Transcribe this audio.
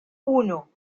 uno